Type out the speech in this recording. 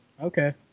Okay